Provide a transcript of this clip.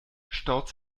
staut